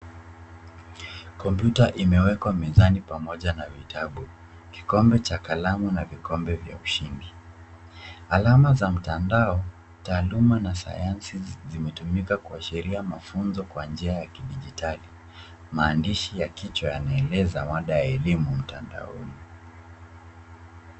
Kompyuta imewekwa mezani pamoja na vitabu. Kikombe cha kalamu na vikombe vya ushindi. Alama za mtandao, taaluma na sayansi zimetumika kuashiria mafunzo kwa njia y kidijitali. Maandishi ya kichwa yanaeleza mada ya elimu mtandaoni.